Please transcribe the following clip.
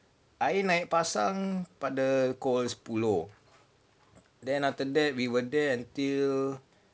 air naik pasang baru pukul sepuluh but the coast too low then after that we were there until